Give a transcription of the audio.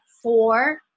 Four